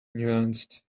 nuanced